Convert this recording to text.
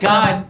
God